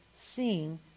seeing